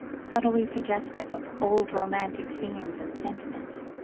subtly suggestive of old romantic scenes and sentiments.